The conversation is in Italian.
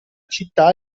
città